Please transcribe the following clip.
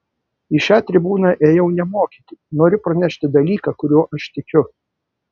į šią tribūną ėjau ne mokyti noriu pranešti dalyką kuriuo aš tikiu